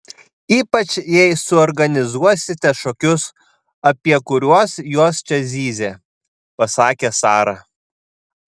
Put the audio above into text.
ypač jei suorganizuosite šokius apie kuriuos jos čia zyzė pasakė sara